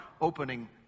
opening